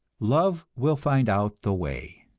love will find out the way!